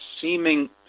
seeming